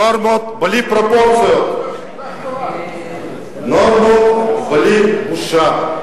נורמות בלי פרופורציות, נורמות בלי בושה.